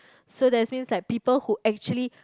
so that's means like people who actually